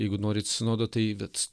jeigu norit sinodo tai vat